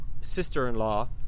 sister-in-law